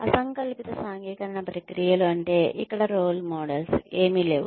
అసంకల్పిత సాంఘికీకరణ ప్రక్రియలు అంటే ఇక్కడ రోల్ మోడల్స్ ఏమి లేవు